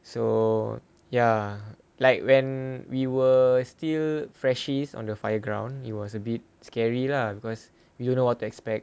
so ya like when we were still freshies on the fire ground it was a bit scary lah because we don't know what to expect